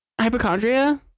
hypochondria